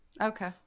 Okay